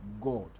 God